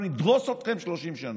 ונדרוס אתכם 30 שנה.